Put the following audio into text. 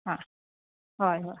आं हय हय